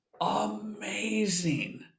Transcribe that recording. amazing